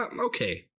okay